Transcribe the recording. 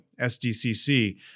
SDCC